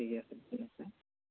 ঠিক আছে ঠিক আছে